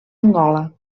angola